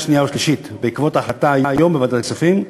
שנייה ולקריאה שלישית בעקבות ההחלטה היום בוועדת הכספים,